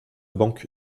banque